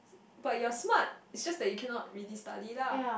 but you're smart is just that you cannot really study lah